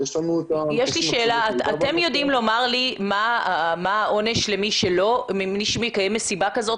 אתם יודעים לומר לי מה העונש למי שמקיים מסיבה כזאת,